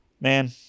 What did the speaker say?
man